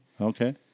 Okay